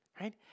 Right